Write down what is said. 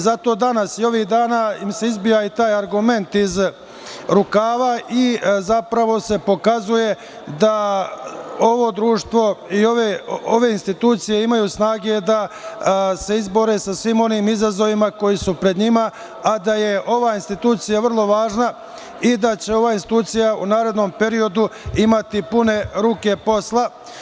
Zato danas i ovih dana im se izbija ovaj argument iz rukava i zapravo se pokazuje da ovo društvo i ove institucije imaju snage da se izbore sa svim onim izazovima koji su pred njima, a da je ova institucija vrlo važna i da će ova institucija u narednom periodu imati pune ruke posla.